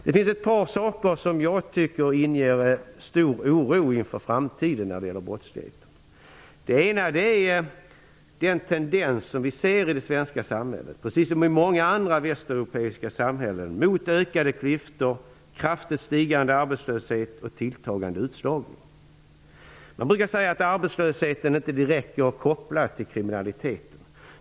Det finns ett par saker som ja tycker inger stor oro inför framtiden när det gäller brottsligheten. Den ena är den tendens som vi ser i det svenska samhället, precis som i många andra västeuropeiska samhällen, mot ökade klyftor, kraftigt stigande arbetslöshet och tilltagande utslagning. Man brukar säga att arbetslösheten inte är direkt kopplad till kriminaliteten.